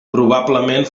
probablement